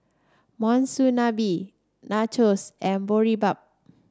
Monsunabe Nachos and Boribap